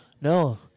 No